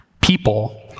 People